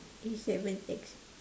A-seven-X